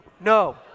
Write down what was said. No